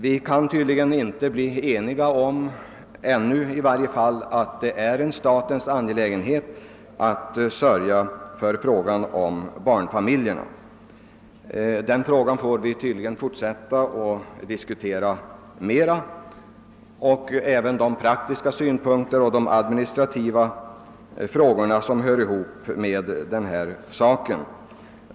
Vi kan tydligen i varje fall inte ännu bli eniga om att det är en statens angelägenhet att sörja för stödet till barnfamiljerna. Den saken får vi tydligen fortsätta att diskutera och även de praktiska synpunkter och de administrativa frågor som hör ihop härmed.